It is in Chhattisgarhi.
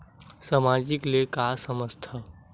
सामाजिक ले का समझ थाव?